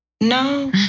no